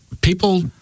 people